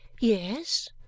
Yes